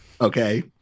okay